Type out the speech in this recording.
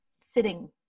sitting